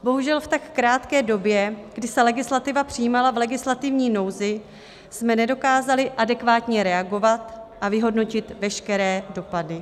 Bohužel v tak krátké době, kdy se legislativa přijímala v legislativní nouzi, jsme nedokázali adekvátně reagovat a vyhodnotit veškeré dopady.